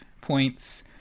points